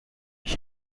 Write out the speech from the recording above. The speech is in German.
ich